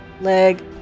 Leg